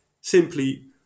simply